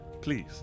Please